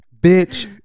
Bitch